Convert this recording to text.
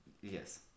Yes